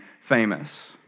famous